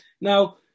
Now